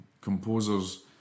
composers